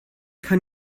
kann